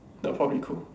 that probably cool